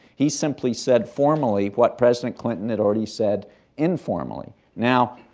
he simply said formally what president clinton had already said informally. now,